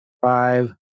Five